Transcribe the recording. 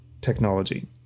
technology